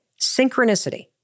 synchronicity